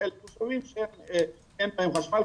שאין בהם חשמל,